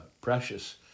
precious